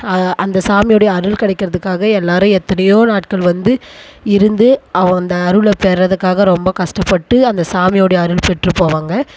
அந்த சாமியோடைய அருள் கிடைக்குறதுக்காக எல்லாரும் எத்தனையோ நாட்கள் வந்து இருந்து அந்த அருளை பெருறதுக்காக ரொம்ப கஷ்டப்பட்டு அந்த சாமியோடைய அருள் பெற்று போவாங்க